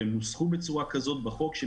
והם נוסחו בצורה כזאת בחוק,